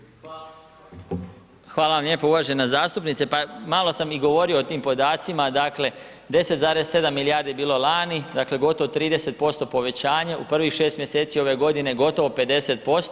Hvala vam lijepo uvažena zastupnice, pa malo sam i govorio o tim podacima, dakle 10,7 milijardi bilo lani, dakle gotovo 30% povećanje, u prvih 6 mjeseci ove godine gotovo 50%